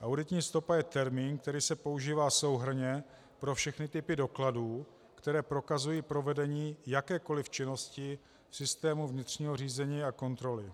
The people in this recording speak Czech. Auditní stopa je termín, který se používá souhrnně pro všechny typy dokladů, které prokazují provedení jakékoliv činnosti v systému vnitřního řízení a kontroly.